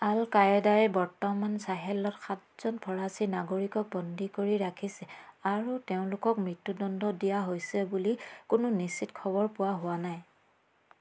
আল কায়দাই বৰ্তমান চাহেলত সাতজন ফৰাচী নাগৰিকক বন্দী কৰি ৰাখিছে আৰু তেওঁলোকক মৃত্যুদণ্ড দিয়া হৈছে বুলি কোনো নিশ্চিত খবৰ পোৱা হোৱা নাই